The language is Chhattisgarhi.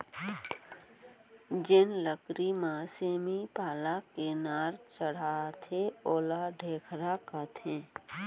जेन लकरी म सेमी पाला के नार चघाथें ओला ढेखरा कथें